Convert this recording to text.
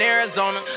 Arizona